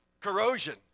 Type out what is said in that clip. Corrosion